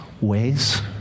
ways